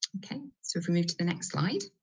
so if we move to the next slide.